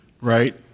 Right